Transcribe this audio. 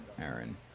Aaron